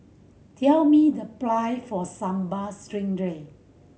tell me the price for Sambal Stingray